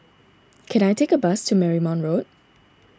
can I take a bus to Marymount Road